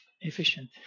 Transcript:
efficient